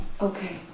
Okay